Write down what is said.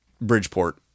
Bridgeport